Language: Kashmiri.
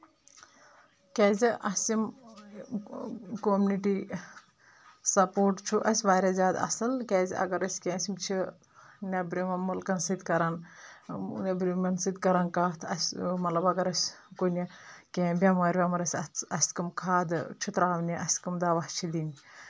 کیٛازِ اَسہِ یِم کومنِٹی سپوٹ چھُ اَسہِ واریاہ زیادٕ اَصٕل کیٛازِ اگر أسۍ کینٛہہ اَسہِ یِم چھِ نؠبرِم مُلکَن سۭتۍ کَران نؠبرِمؠن سۭتۍ کَران کَتھ اَسہِ مطلب اگر أسہِ کُنہِ کینٛہہ بؠمٲرۍ وؠمٲرۍ ٲسۍ اَتھ اَسہِ کٕمۍ کھادٕ چھِ ترٛاونہِ اَسہِ کٕمۍ دَوہ چھِ دِنۍ